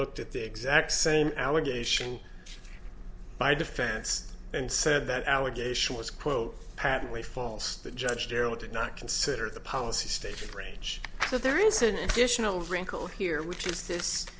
looked at the exact same allegation my defense and said that allegation was quote patently false the judge darryll did not consider the policy stated range so there is an additional wrinkle here which is